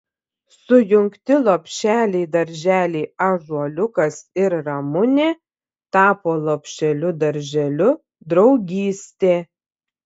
sujungti lopšeliai darželiai ąžuoliukas ir ramunė tapo lopšeliu darželiu draugystė